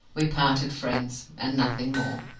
we parted friends, and nothing more.